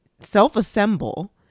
self-assemble